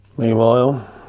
Meanwhile